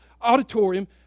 auditorium